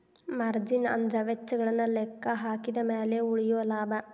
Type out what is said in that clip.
margin ಅಂದ್ರ ವೆಚ್ಚಗಳನ್ನ ಲೆಕ್ಕಹಾಕಿದ ಮ್ಯಾಲೆ ಉಳಿಯೊ ಲಾಭ